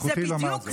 זכותי לומר זאת.